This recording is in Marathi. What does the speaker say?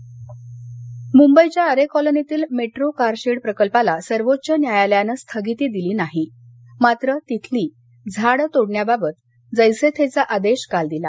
आरे निर्णय मुंबईच्या आरे कोलनीतील मेट्रो कार शेड प्रकल्पाला सर्वोच्च न्यायालयानं स्थगिती दिली नाही मात्र तिथली झाड तोडण्याबाबत जैसे थेचा आदेश काल दिला